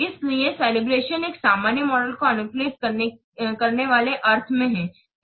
इसलिए केलेब्रतिओन एक सामान्य मॉडल को अनुकूलित करने वाले अर्थ में है